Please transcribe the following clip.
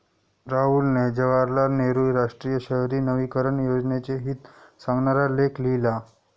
राहुलने जवाहरलाल नेहरू राष्ट्रीय शहरी नवीकरण योजनेचे हित सांगणारा लेख लिहिला